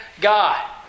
God